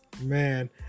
man